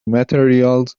materials